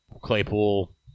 Claypool